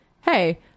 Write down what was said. hey